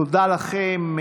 תודה לכם.